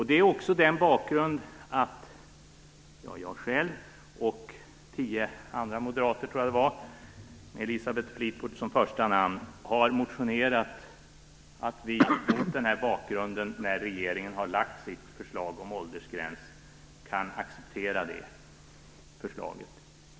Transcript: Den bakgrunden är att jag själv och tio andra moderater med Elisabeth Fleetwood som första namn har motionerat om att vi mot denna bakgrund kan acceptera regeringens förslag om en åldersgräns.